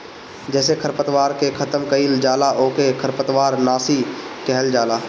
जेसे खरपतवार के खतम कइल जाला ओके खरपतवार नाशी कहल जाला